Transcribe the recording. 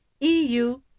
EU